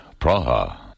Praha